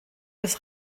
des